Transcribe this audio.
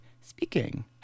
speaking